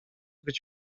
być